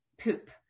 poop